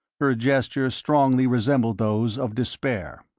her gestures strongly resembled those of despair.